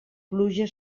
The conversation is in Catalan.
pluja